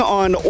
on